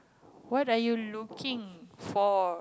what are you looking for